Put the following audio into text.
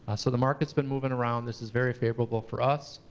so the market's been moving around. this is very favorable for us.